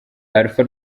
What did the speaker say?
alpha